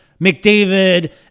McDavid